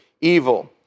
evil